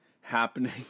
happening